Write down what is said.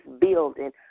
building